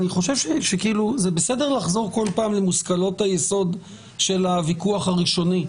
זה בסדר לחזור כל פעם למושכלות היסוד של הוויכוח הראשוני,